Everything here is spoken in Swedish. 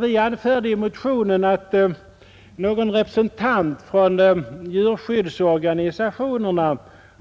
Vi anförde i motionen att någon representant för djurskyddsorganisationerna